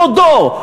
דודו,